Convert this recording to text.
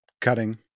cutting